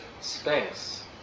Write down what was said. space